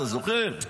אתה זוכר?